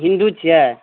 हिन्दु छियै